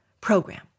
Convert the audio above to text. program